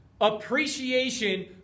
appreciation